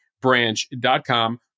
branch.com